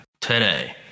today